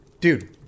Dude